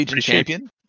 Champion